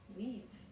leave